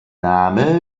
name